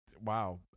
wow